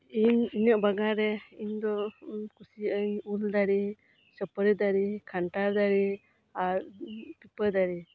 ᱤᱧ ᱤᱧᱟᱹᱜ ᱵᱟᱜᱟᱱ ᱨᱮ ᱤᱧ ᱫᱚᱧ ᱠᱩᱥᱤᱭᱟᱜᱼᱟ ᱩᱞ ᱫᱟᱨᱮ ᱥᱩᱯᱟᱹᱨᱤ ᱫᱟᱨᱮ ᱠᱟᱱᱴᱷᱟᱲ ᱫᱟᱨᱮ ᱟᱨ ᱯᱤᱯᱟᱹ ᱫᱟᱨᱮ